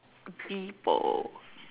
people